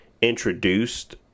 introduced